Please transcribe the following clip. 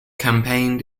campaigned